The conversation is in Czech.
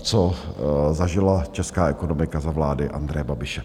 co zažila česká ekonomika za vlády Andreje Babiše.